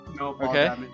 Okay